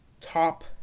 top